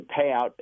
payout